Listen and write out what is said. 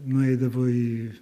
nueidavo į